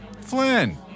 Flynn